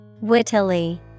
Wittily